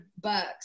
bucks